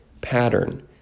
pattern